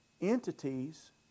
entities